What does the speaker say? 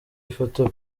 ifoto